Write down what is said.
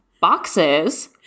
boxes